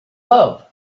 love